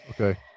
Okay